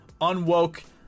unwoke